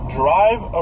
drive